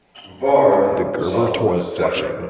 varde, sullen as ever,